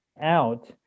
out